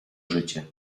życie